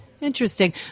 Interesting